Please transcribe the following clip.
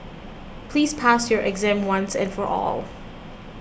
please pass your exam once and for all